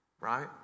right